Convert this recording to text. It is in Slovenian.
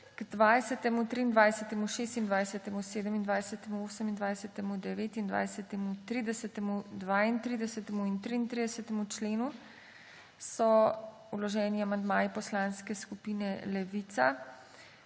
K 20., 23., 26., 27., 28., 29., 30., 32. in 33. členu so vloženi amandmaji poslanske skupine Levica